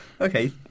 Okay